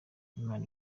imana